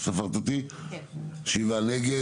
שבעה נגד.